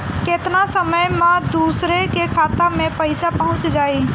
केतना समय मं दूसरे के खाता मे पईसा पहुंच जाई?